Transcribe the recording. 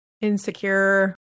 insecure